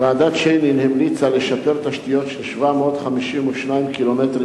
ועדת-שיינין המליצה לשפר תשתיות של 752 קילומטרים